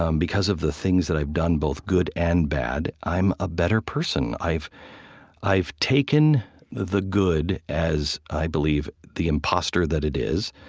um because of the things that i've done, both good and bad, i'm a better person. i've i've taken the good, as i believe the imposter that it is,